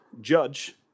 judge